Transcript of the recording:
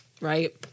Right